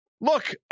look